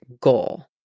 goal